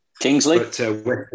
kingsley